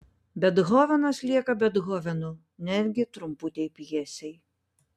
bethovenas lieka bethovenu netgi trumputėj pjesėj